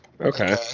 Okay